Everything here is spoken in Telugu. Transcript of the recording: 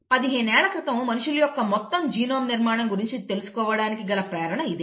15 ఏళ్ళ క్రితం మనుషుల యొక్క మొత్తం జీనోమ్ నిర్మాణం గురించి తెలుసుకోవడానికి గల ప్రేరణ ఇదే